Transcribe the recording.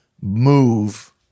move